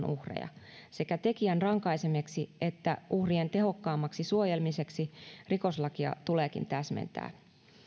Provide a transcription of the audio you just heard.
uhreja sekä tekijän rankaisemiseksi että uhrien tehokkaammaksi suojelemiseksi rikoslakia tuleekin täsmentää